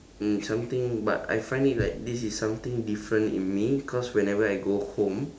mm something but I find it like this is something different in me cause whenever I go home